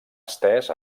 estès